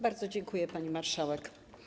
Bardzo dziękuję, pani marszałek.